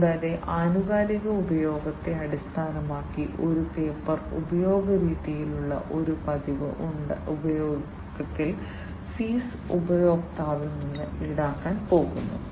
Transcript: കൂടാതെ ആനുകാലിക ഉപയോഗത്തെ അടിസ്ഥാനമാക്കി ഒരു പേപ്പർ ഉപയോഗ രീതിയിലുള്ള ഒരു പതിവ് ഉപയോഗത്തിൽ ഫീസ് ഉപഭോക്താവിൽ നിന്ന് ഈടാക്കാൻ പോകുന്നു